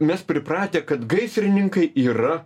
mes pripratę kad gaisrininkai yra